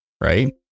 right